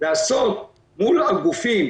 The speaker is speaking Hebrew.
לעשות מול הגופים